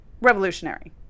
Revolutionary